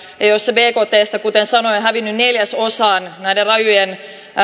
jossa bktstä kuten sanoin on hävinnyt neljäsosa näiden rajujen